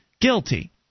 guilty